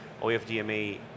OFDMA